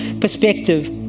perspective